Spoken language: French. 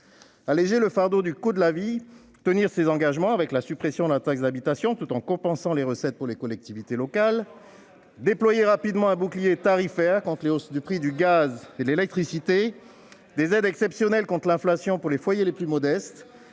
d'alléger le fardeau du coût de la vie ; de tenir les engagements pris, comme la suppression de la taxe d'habitation, tout en compensant les recettes des collectivités locales ; de déployer rapidement un bouclier tarifaire contre la hausse des prix du gaz et de l'électricité ; enfin, de prévoir des aides exceptionnelles contre l'inflation pour les foyers les plus modestes,